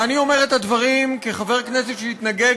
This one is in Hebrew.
ואני אומר את הדברים כחבר כנסת שהתנגד